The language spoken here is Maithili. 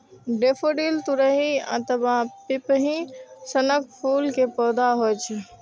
डेफोडिल तुरही अथवा पिपही सनक फूल के पौधा होइ छै